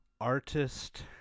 artist